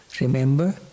remember